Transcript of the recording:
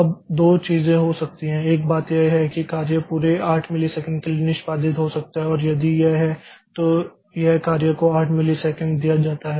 अब दो चीजें हो सकती हैं एक बात यह है कि कार्य पूरे 8 मिलीसेकंड के लिए निष्पादित हो सकता है और यदि यह है तो यह कार्य को 8 मिलीसेकंड दिया जाता है